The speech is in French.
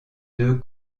deux